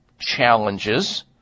challenges